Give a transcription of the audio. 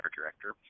director